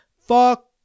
Fuck